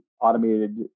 automated